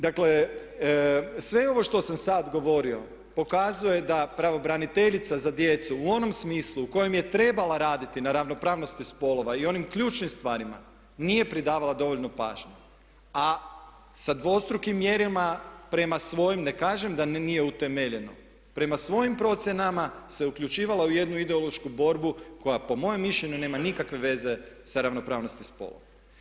Dakle, sve ovo što sam sad govorio pokazuje da pravobraniteljica za djecu u onom smislu u kojem je trebala raditi na ravnopravnosti spolova i onim ključnim stvarima nije pridavala dovoljno pažnje, a sa dvostrukim mjerilima prema svojim, ne kažem da nije utemeljeno, prema svojim procjenama se uključivala u jednu ideološku borbu koja po mojem mišljenju nema nikakve veze sa ravnopravnosti spolova.